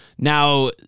Now